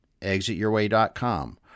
ExitYourWay.com